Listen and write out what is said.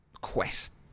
quest